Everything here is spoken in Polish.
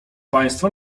państwa